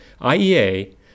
IEA